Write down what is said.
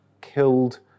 killed